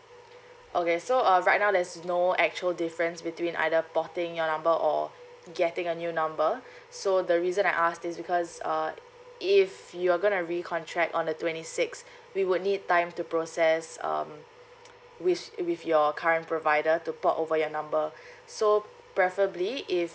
okay so uh right now there's no actual difference between either porting your number or getting a new number so the reason I asked is because uh if you're gonna recontract on the twenty six we would need time to process um wis~ with your current provider to port over your number so preferably if